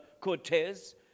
cortez